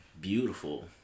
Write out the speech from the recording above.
beautiful